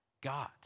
God